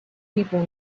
people